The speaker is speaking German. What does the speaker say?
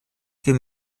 für